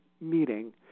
meeting